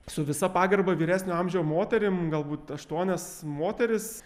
su visa pagarba vyresnio amžio moterim galbūt aštuonias moteris